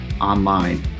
online